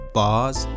bars